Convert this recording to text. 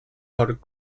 hot